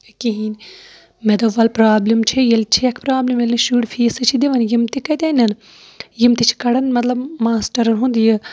کِہینۍ مےٚ دوٚپ وَلہٕ برابلِم چھےٚ ییٚلہِ چھکھ برابلِم ییٚلہِ نہٕ شُرۍ فیٖسٕے چھِ دِوان یِم تہِ کَتہِ اَنان یِم تہِ چھِ کَڑان مطلب ماسٹَرن ہُند یہِ